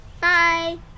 Bye